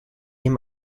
ihm